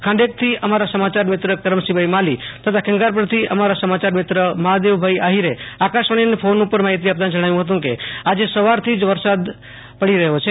ખાંડેક થી અમારા સમાચાર મિત્ર કરમશીભાઈ માલીએ તથા ખેંગારપર થી મહાદેવભાઈ આહિરે આકાશવાણીને ફોન ઉપર માહિતી આપતા જણાવ્યુ હતુ કે આજે સવાર થી જ વરસાદ પડી રહ્યો છે